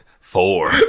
Four